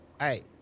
hey